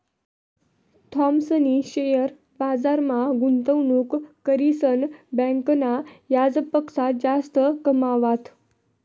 थॉमसनी शेअर बजारमा गुंतवणूक करीसन बँकना याजपक्सा जास्त कमावात